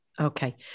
Okay